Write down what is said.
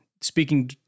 Speaking